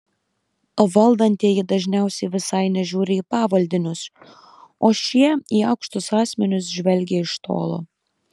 valdantieji dažniausiai visai nežiūri į pavaldinius o šie į aukštus asmenis žvelgia iš tolo